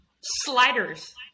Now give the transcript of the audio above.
sliders